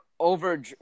over